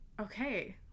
Okay